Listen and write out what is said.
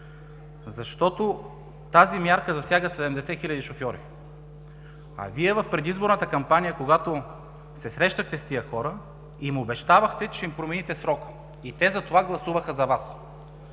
защото тази мярка засяга 70 хиляди шофьори, а Вие в предизборната кампания, когато се срещнахте с тези хора, им обещавахте, че ще им промените срока и те затова гласуваха за Вас.